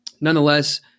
nonetheless